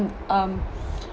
um